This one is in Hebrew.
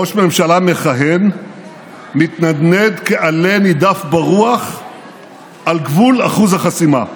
ראש ממשלה מכהן מתנדנד כעלה נידף ברוח על גבול אחוז החסימה.